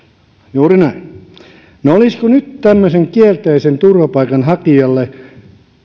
juuri näin olisiko nyt tämmöisen kielteisen päätöksen saaneelle turvapaikanhakijalle